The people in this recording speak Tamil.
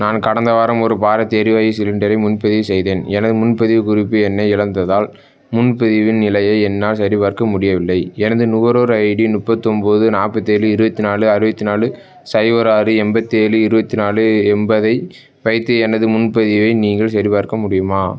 நான் கடந்த வாரம் ஒரு பாரத் எரிவாயு சிலிண்டரை முன்பதிவு செய்தேன் எனது முன்பதிவு குறிப்பு எண்ணை இழந்ததால் முன்பதிவின் நிலையை என்னால் சரிபார்க்க முடியவில்லை எனது நுகர்வோர் ஐடி முப்பத்தொம்போது நாற்பத்தி ஏழு இருபத்தி நாலு அறுபத்தி நாலு சைபர் ஆறு எண்பத்தி ஏழு இருபத்தி நாலு எண்பதை வைத்து எனது முன்பதிவை நீங்கள் சரிபார்க்க முடியுமா